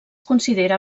considera